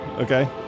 Okay